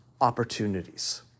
opportunities